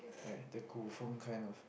like the 古风 kind of